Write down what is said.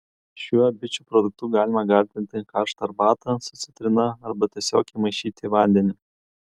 šiuo bičių produktu galima gardinti karštą arbatą su citrina arba tiesiog įmaišyti į vandenį